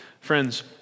friends